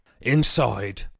Inside